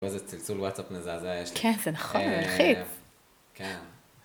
ואיזה צלצול וואטסאפ מזעזעה יש לי. כן, זה נכון, מלחיץ. כן